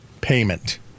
payment